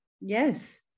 yes